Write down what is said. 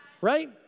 Right